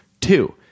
Two